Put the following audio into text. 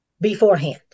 beforehand